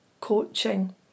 coaching